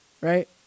right